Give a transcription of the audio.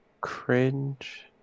cringe